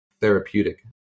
therapeutic